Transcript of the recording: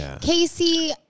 Casey